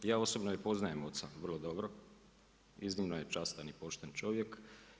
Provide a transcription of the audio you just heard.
Ja osobno i poznajem oca, vrlo dobro, iznimno je častan i pošten čovjek.